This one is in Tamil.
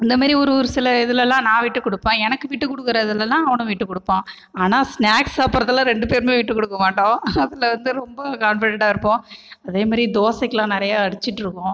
அந்த மாதிரி ஒருவொரு சில இதுலேலாம் நான் விட்டுக்கொடுப்பேன் எனக்கு விட்டுக்கொடுக்குறதுலலா அவனும் விட்டுக்கொடுப்பான் ஆனால் ஸ்னாக்ஸ் சாப்பிட்றதுல ரெண்டு பேருமே விட்டுக்கொடுக்க மாட்டோம் அதில் வந்து ரொம்ப கான்ஃபிடண்டாக இருப்போம் அதே மாதிரி தோசைக்குலாம் நிறைய அடிச்சுட்டிருக்கோம்